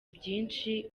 byinshi